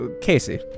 Casey